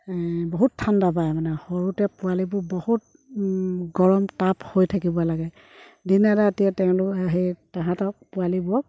বহুত ঠাণ্ডা পায় মানে সৰুতে পোৱালিবোৰ বহুত গৰম তাপ হৈ থাকিব লাগে দিনে ৰাতিয়ে তেওঁলোকক সেই তাহাঁতক পোৱালিবোৰক